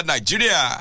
Nigeria